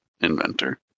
inventor